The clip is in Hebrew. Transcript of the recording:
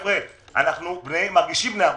אנו מרגישים בני ערובה.